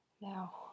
Now